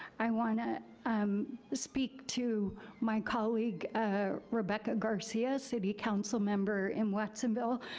i want to speak to my colleague rebecca garcia, city councilmember in watsonville,